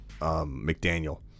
McDaniel